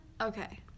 okay